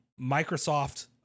Microsoft